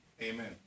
Amen